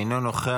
אינו נוכח,